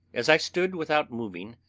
as i stood without moving,